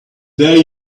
there